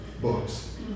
books